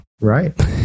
right